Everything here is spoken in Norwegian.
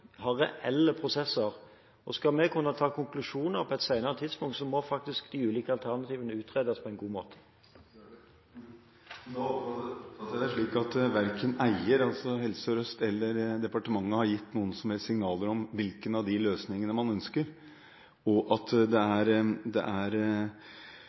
har reelle prosesser. Og skal vi da kunne trekke konklusjoner på et senere tidspunkt, må faktisk de ulike alternativene utredes på en god måte. Da oppfatter jeg statsråden slik at verken eier, Helse Sør-Øst, eller departementet har gitt noen som helst slags signaler om hvilken av de løsningene man ønsker, og at det er